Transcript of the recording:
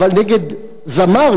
אבל נגד זמר,